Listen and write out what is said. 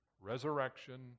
resurrection